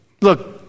look